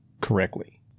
correctly